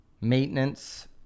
maintenance